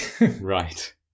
Right